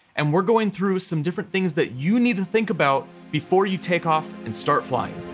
and we're going through some different things that you need to think about before you take off and start flying.